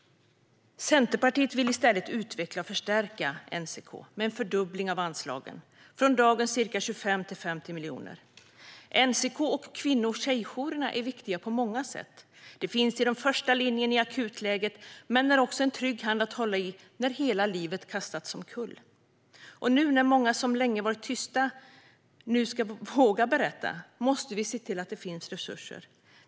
Centerpartiet vill i stället utveckla och förstärka NCK med en fördubbling av anslaget, från dagens ca 25 miljoner till 50 miljoner. NCK och kvinno och tjejjourerna är viktiga på många sätt. De finns i första linjen vid ett akut läge, men de är också en trygg hand att hålla i när hela livet har kastats omkull. Och nu, när många som länge varit tysta men nu vågar berätta, måste vi se till att det finns resurser.